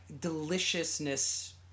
deliciousness